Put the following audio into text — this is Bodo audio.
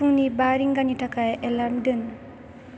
फुंनि बा रिंगानि थाखाय एलार्म दोन